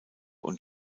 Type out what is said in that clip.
und